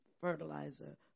fertilizer